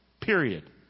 Period